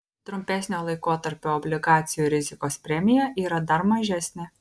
trumpesnio laikotarpio obligacijų rizikos premija yra dar mažesnė